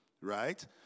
Right